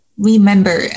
Remember